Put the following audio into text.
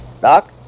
Doc